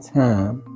time